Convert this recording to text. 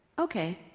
okay,